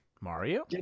Mario